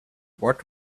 what